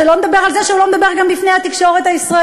שלא לדבר על זה שהוא לא מדבר גם בפני התקשורת הישראלית.